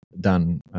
done